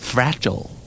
Fragile